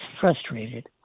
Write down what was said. frustrated